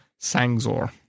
Sangzor